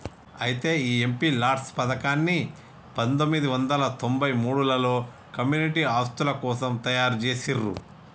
అయితే ఈ MP LADS పథకాన్ని పందొమ్మిది వందల తొంభై మూడులలో కమ్యూనిటీ ఆస్తుల కోసం తయారు జేసిర్రు